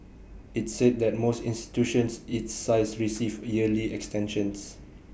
IT said that most institutions its size receive yearly extensions